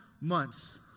months